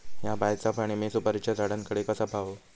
हया बायचा पाणी मी सुपारीच्या झाडान कडे कसा पावाव?